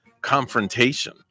confrontation